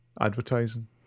advertising